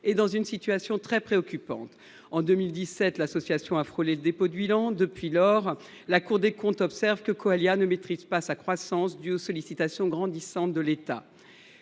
est dans une situation très préoccupante. En 2017, elle a frôlé le dépôt de bilan. Depuis lors, la Cour des comptes observe que Coallia ne maîtrise pas sa croissance due aux sollicitations grandissantes de l’État.